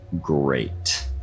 great